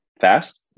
fast